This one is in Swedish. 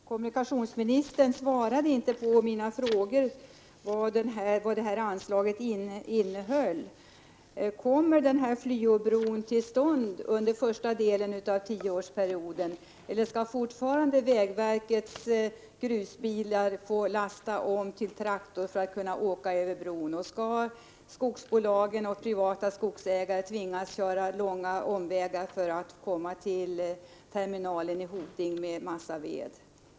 Herr talman! Kommunikationsministern svarade inte på mina frågor om vad anslaget innehåller. Kommer Flyåbron till stånd under första delen av tioårsperioden, eller skall vägverkets grusbilar fortfarande bli tvungna att lasta om till traktor för att kunna åka på bron, och skall skogsbolagen och privata skogsägare tvingas köra långa omvägar för att komma till terminalen i Hoting med massaved?